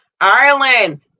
Ireland